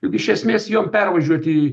juk iš esmės jom pervažiuoti